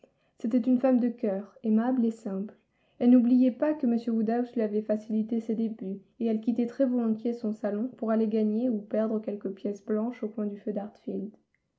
c'était une femme de cœur aimable et simple elle n'oubliait pas que m woodhouse lui avait facilité ses débuts et elle quittait très volontiers son salon pour aller gagner ou perdre quelques pièces blanches au coin du feu